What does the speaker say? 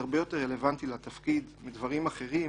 הרבה יותר רלוונטי לתפקיד מדברים אחרים